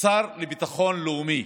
שר לביטחון לאומי,